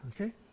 Okay